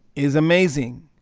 is amazing.